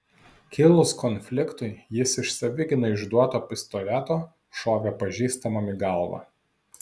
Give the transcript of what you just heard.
kilus konfliktui jis iš savigynai išduoto pistoleto šovė pažįstamam į galvą